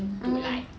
mm